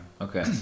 Okay